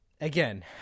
again